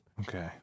Okay